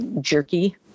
Jerky